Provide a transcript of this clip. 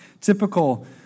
typical